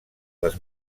les